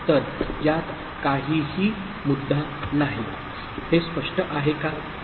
तर यात काहीही मुद्दा नाही हे स्पष्ट आहे काय